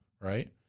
right